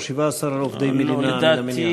או 17 עובדי מדינה למניין?